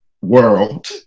world